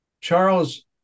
Charles